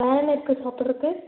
வேற என்ன இருக்குது சாப்புட்றதுக்கு